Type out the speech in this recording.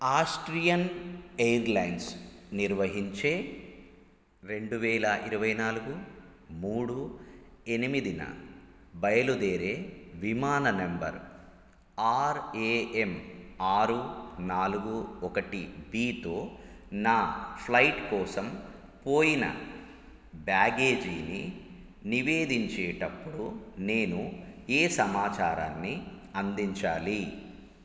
Austrian airlines నిర్వహించే రెండువేల ఇరవై నాలుగు మూడు ఎనిమిదిన బయలుదేరే విమాన నంబర్ ఆర్ ఏ ఎమ్ ఆరు నాలుగు ఒకటి బీ తో నా ఫ్లయిట్ కోసం పోయిన బ్యాగేజీని నివేదించేటప్పుడు నేను ఏ సమాచారాన్ని అందించాలి